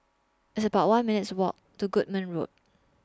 It's about one minutes' Walk to Goodman Road